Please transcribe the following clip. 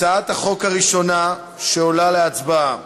הצעת החוק הראשונה שעולה להצבעה: